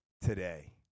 today